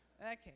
Okay